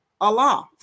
Allah